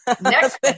Next